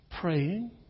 Praying